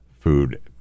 food